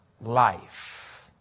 life